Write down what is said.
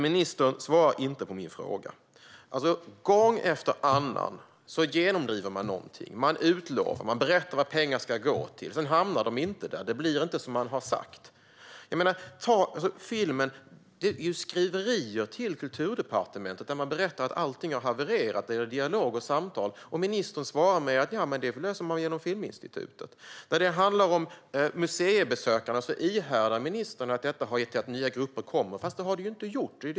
Ministern svarade inte på min fråga. Gång efter annan genomdriver man något och utlovar pengar och berättar vad de ska gå till. Men de hamnar inte där; det blir inte som man har sagt. När det gäller filmen kommer det skrivelser till Kulturdepartementet om att allt har havererat beträffande dialog och samtal, men ministern svarar: Det löser man genom Filminstitutet. När det gäller museibesökarna framhärdar ministern i att det har lett till att nya grupper kommer, men det har det ju inte gjort.